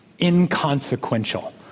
inconsequential